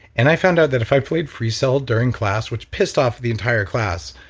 and i found out that if i played freecell during class, which pissed off the entire class,